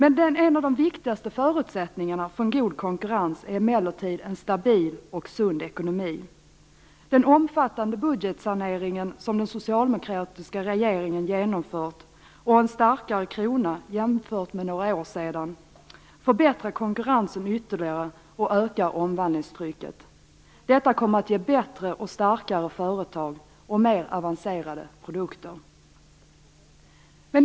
En av de viktigaste förutsättningarna för en god konkurrens är emellertid en stabil och sund ekonomi. Den omfattande budgetsanering som den socialdemokratiska regeringen genomfört och en starkare krona, jämfört med för några år sedan, förbättrar konkurrensen ytterligare och ökar omvandlingstrycket. Detta kommer att ge bättre och starkare företag och mer avancerade produkter.